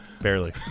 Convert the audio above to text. Barely